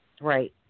right